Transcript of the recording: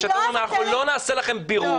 אתם אומרים: אנחנו לא נעשה לכם בירור,